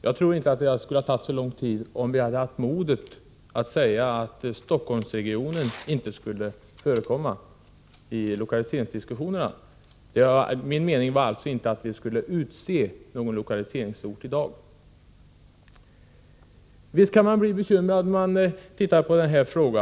Jag tror inte att det skulle ha tagit så lång tid, om vi hade haft modet att säga att Stockholmsregionen inte skulle förekomma i lokaliseringsdiskussionerna. Min mening var alltså inte att vi i dag skulle utse någon lokaliseringsort. Visst kan man bli bekymrad när man tittar litet grand på den här saken.